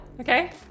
okay